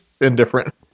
indifferent